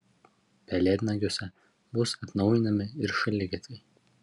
pelėdnagiuose bus atnaujinami ir šaligatviai